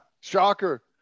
shocker